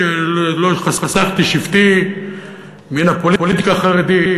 ולשאלתך למה ישיבות ההסדר פטורות מן העניין